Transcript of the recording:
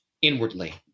inwardly